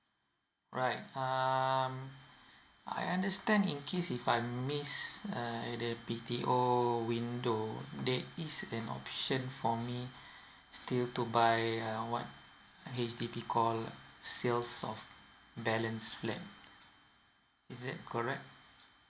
right um I understand in case if I miss err the B_T_O window there is an option for me still to buy uh what H_D_B called sales of balance flat is it correct